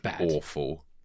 awful